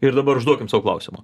ir dabar užduokim sau klausimą